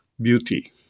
beauty